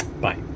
Bye